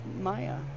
Maya